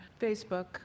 Facebook